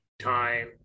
time